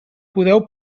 podeu